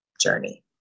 journey